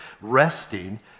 resting